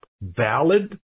valid